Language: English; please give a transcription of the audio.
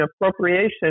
appropriation